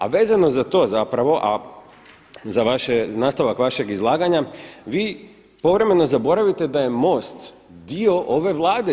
A vezano za to zapravo, a za vaše, nastavak vašeg izlaganja vi povremeno zaboravite da je Most dio ove Vlade.